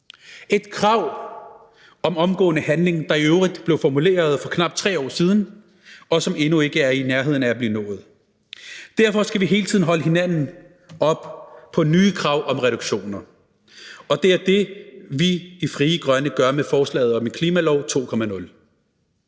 et krav om omgående handling, der i øvrigt blev formuleret for knap 3 år siden, og som endnu ikke er i nærheden af at blive nået. Derfor skal vi hele tiden holde hinanden op på nye krav om reduktioner, og det er det, vi i Frie Grønne gør med forslaget om en klimalov 2.0